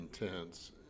intense